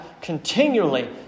continually